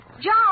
John